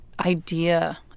idea